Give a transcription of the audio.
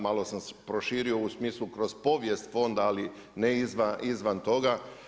Malo sam proširio u smislu kroz povijest fonda, ali ne izvan toga.